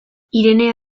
irene